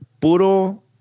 puro